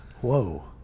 Whoa